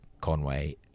Conway